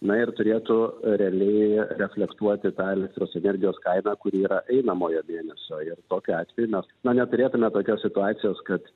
na ir turėtų realiai reflektuoti tą elektros energijos kainą kuri yra einamojo mėnesio ir tokiu atveju mes naneturėtume tokios situacijos kad